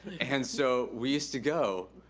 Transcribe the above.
and so we used to go.